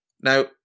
Now